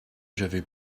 j’avais